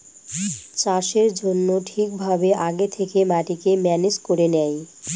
চাষের জন্য ঠিক ভাবে আগে থেকে মাটিকে ম্যানেজ করে নেয়